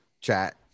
chat